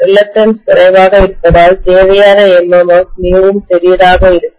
reluctance குறைவாக இருப்பதால் தேவையான MMF மிகவும் சிறியதாக இருக்கும்